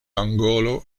angolo